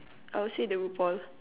I'll say the RuPaul